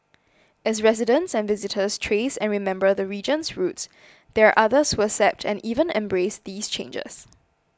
as residents and visitors trace and remember the region's roots there are others who accept and even embrace these changes